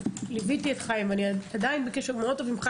ליוויתי את חיים ואני עדיין בקשר מאוד טוב איתו.